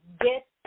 Get